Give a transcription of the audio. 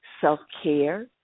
self-care